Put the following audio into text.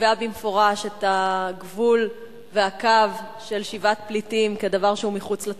קובע במפורש את הגבול והקו של שיבת פליטים כדבר שהוא מחוץ לתחום.